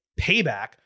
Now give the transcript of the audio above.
Payback